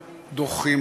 זו יהדות אחרת.